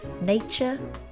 nature